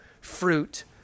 fruit